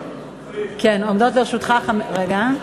כן, עומדות לרשותך חמש, רגע.